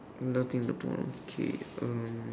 nothing in the pond okay